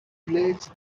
relates